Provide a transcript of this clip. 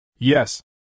Yes